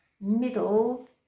middle